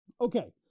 Okay